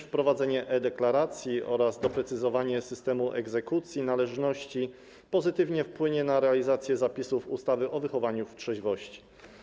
Wprowadzenie e-deklaracji oraz doprecyzowanie systemu egzekucji należności również wpłynie pozytywnie na realizację zapisów ustawy o wychowaniu w trzeźwości.